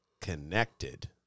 connected